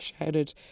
shouted